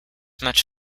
much